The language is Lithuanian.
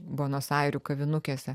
buenos airių kavinukėse